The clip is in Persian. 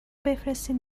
بفرستین